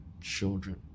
children